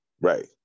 Right